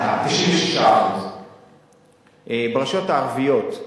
96%. ברשויות הערביות,